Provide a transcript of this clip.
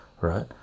right